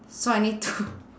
so I need to